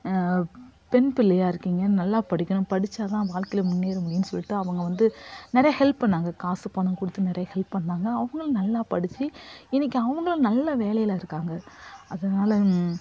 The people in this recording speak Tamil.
பெண் பிள்ளையாக இருக்கீங்க நல்லா படிக்கணும் படிச்சால்தான் வாழ்க்கையில் முன்னேற முடியும்னு சொல்லிட்டு அவங்க வந்து நிறைய ஹெல்ப் பண்ணுனாங்க காசு பணம் கொடுத்து நிறைய ஹெல்ப் பண்ணுணாங்க அவங்களும் நல்லா படிச்சு இன்னைக்கு அவங்களும் நல்ல வேலையில் இருக்காங்க அதனால்